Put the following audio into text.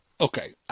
okay